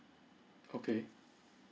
okay